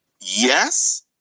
yes